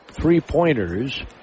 three-pointers